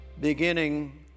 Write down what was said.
beginning